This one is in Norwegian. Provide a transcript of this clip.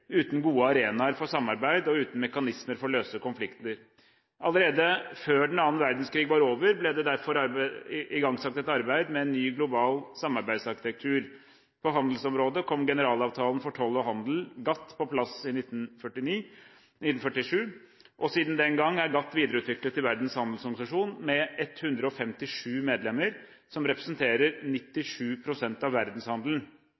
uten robuste spilleregler, uten gode arenaer for samarbeid og uten mekanismer for å løse konflikter. Allerede før annen verdenskrig var over, ble det igangsatt et arbeid med en ny, global samarbeidsarkitektur. På handelsområdet kom Generalavtalen for toll og handel, GATT, på plass i 1947. Siden den gang er GATT videreutviklet til Verdens handelsorganisasjon, med 157 medlemmer som representerer